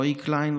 רועי קליין,